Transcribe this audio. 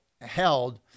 held